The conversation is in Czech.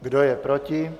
Kdo je proti?